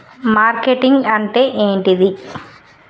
Marketing అంటే ఏంటిది?